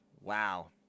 wow